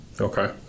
Okay